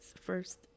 first